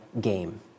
game